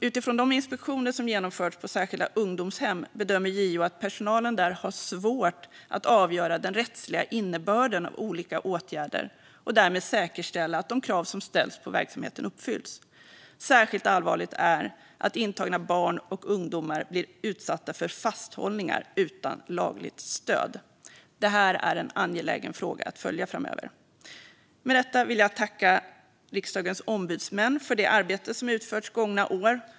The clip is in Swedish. Utifrån de inspektioner som genomförts på särskilda ungdomshem bedömer JO att personalen där har svårt att avgöra den rättsliga innebörden av olika åtgärder och därmed säkerställa att de krav som ställs på verksamheten uppfylls. Särskilt allvarligt är det att intagna barn och ungdomar blir utsatta för fasthållningar utan lagligt stöd. Det här är en angelägen fråga att följa framöver. Med detta vill jag tacka Riksdagens ombudsmän för det arbete som utförts gångna år.